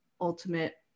ultimate